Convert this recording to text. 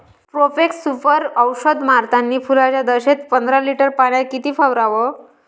Profex Super औषध मारतानी फुलाच्या दशेत पंदरा लिटर पाण्यात किती फवाराव?